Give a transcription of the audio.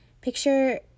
picture